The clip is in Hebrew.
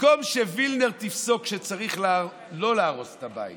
במקום שווילנר תפסוק שצריך לא להרוס את הבית